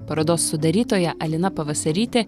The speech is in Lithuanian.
parodos sudarytoja alina pavasarytė